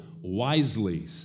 wisely